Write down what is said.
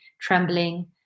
trembling